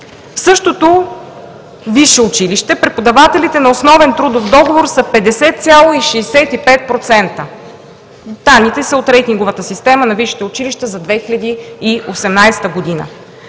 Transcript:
В същото висше училище преподавателите на основен трудов договор са 50,65% – данните са от рейтинговата система на висшето училище за 2018 г.